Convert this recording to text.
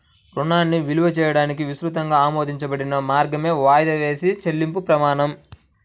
రుణాన్ని విలువ చేయడానికి విస్తృతంగా ఆమోదించబడిన మార్గమే వాయిదా వేసిన చెల్లింపు ప్రమాణం